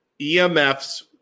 EMFs